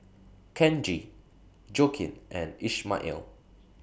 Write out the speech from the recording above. Kenji Joaquin and Ishmael